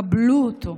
קבלו אותו,